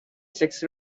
sex